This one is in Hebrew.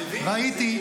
ראיתי.